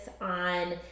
on